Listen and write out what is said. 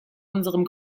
unserem